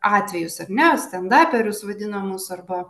atvejus ane stendaperius vadinamus arba